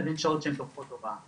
לבין שעות שהן תומכות הוראה.